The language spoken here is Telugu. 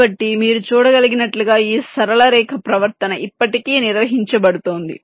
కాబట్టి మీరు చూడగలిగినట్లుగా ఈ సరళ రేఖ ప్రవర్తన ఇప్పటికీ నిర్వహించబడుతోంది